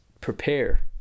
prepare